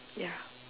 ya